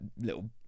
little